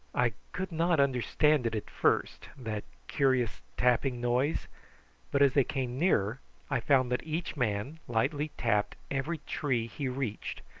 i could not understand it at first, that curious tapping noise but as they came nearer i found that each man lightly tapped every tree he reached,